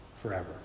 forever